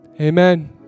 Amen